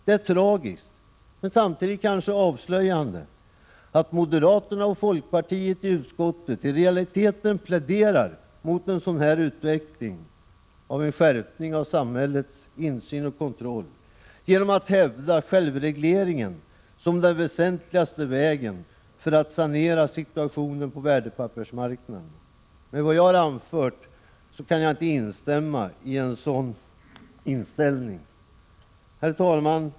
Det är tragiskt, men kanske samtidigt avslöjande, att moderaterna och folkpartiet i utskottet i realiteten pläderar emot en sådan utveckling, en skärpning av samhällets insyn och kontroll, genom att hävda självregleringen som den väsentligaste vägen för att sanera situationen på värdepappersmarknaderna. Mot bakgrund av vad jag har anfört kan jag inte instämma i ett sådant ställningstagande. Herr talman!